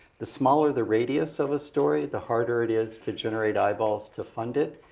the smaller the radius of a story, the harder it is to generate eyeballs to fund it.